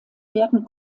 werden